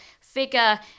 figure